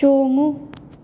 ꯆꯣꯡꯉꯨ